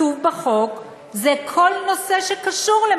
כתוב בחוק,